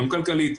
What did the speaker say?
גם כלכלית.